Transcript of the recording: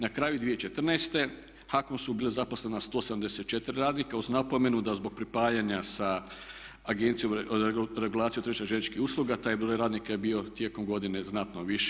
Na kraju 2014.u HAKOM-u su bila zaposlena 174 radnika uz napomenu da zbog pripajanja sa Agencijom regulacije tržišta željezničkih usluga taj broj radnika je bio tijekom godine znatno viši.